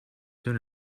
soon